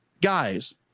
guys